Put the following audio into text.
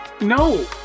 No